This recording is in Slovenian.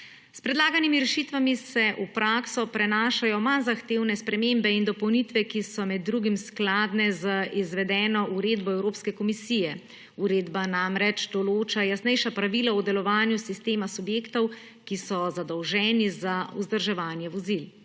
S predlaganimi rešitvami se v prakso prenašajo manj zahtevne spremembe in dopolnitve, ki so med drugim skladne z izvedbeno uredbo Evropske komisije. Uredba namreč določa jasnejša pravila o delovanju sistema subjektov, ki so zadolženi za vzdrževanje vozil.